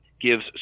gives